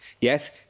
yes